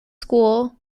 school